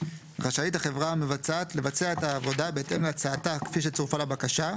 רשאית החברה המבצעת לבצע את העבודה בהתאם להצעתה כפי שצורפה לבקשה,